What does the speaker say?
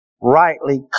rightly